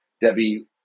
Debbie